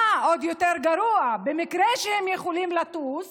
עוד יותר גרוע, במקרה שהם יכולים לטוס